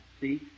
See